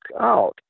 out